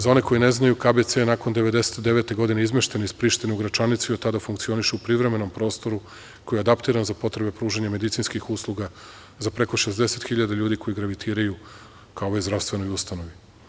Za one koji ne znaju, KBC je nakon 1999. godine izmešten iz Prištine u Gračanicu i od tada funkcioniše u privremenom prostoru koji je adaptiran za potrebe pružanja medicinskih usluga za preko 60.000 ljudi koji gravitiraju ka ovoj zdravstvenoj ustanovi.